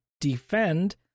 defend